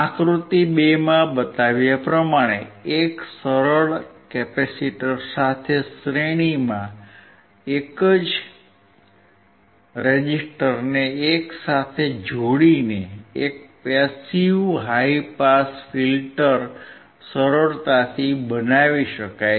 આકૃતિ 2 માં બતાવ્યા પ્રમાણે એક સરળ કેપેસિટર સાથે શ્રેણી માં એક જ રેઝિસ્ટરને એકસાથે જોડીને એક પેસીવ હાઇ પાસ ફિલ્ટર સરળતાથી બનાવી શકાય છે